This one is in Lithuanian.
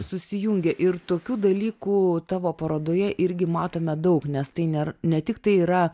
susijungia ir tokių dalykų tavo parodoje irgi matome daug nes tai nėr ne tik tai yra